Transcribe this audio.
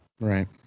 Right